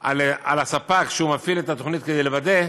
על הספק המפעיל את התוכנית כדי להבטיח